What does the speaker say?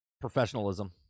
professionalism